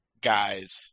guys